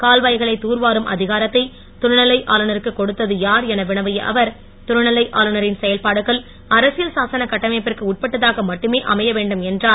கால்வாய்களை தூர்வாரும் அதிகாரத்தை துணை நிலை ஆளுநருக்கு கொடுத்தது யார் என வினவிய அவர் துணை நிலை ஆளுநரின் செயல்பாடுகள் அரசியல் சாசன கட்டமைப்பிற்கு உட்பட்டதாக மட்டுமே அமைய வேண்டும் என்றார்